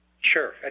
sure